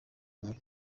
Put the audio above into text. mwe